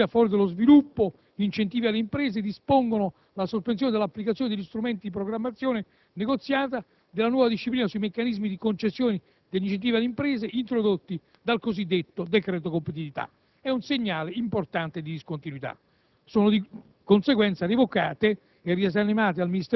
al fine della diffusione dei mezzi di trasporto ad alta sostenibilità ambientale, misure a favore dello sviluppo, che dispongono la sospensione dell'applicazione degli strumenti di programmazione negoziata della nuova disciplina sui meccanismi di concessione degli incentivi alle imprese introdotti dal cosiddetto decreto sulla competitività.